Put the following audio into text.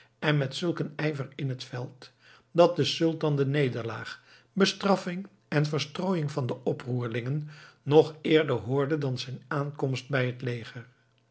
en met zulk een ijver in t veld dat de sultan de nederlaag bestraffing en verstrooiing van de oproerlingen nog eerder hoorde dan zijn aankomst bij het leger